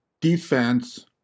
defense